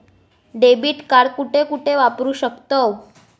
Debit card कुठे कुठे वापरू शकतव?